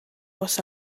was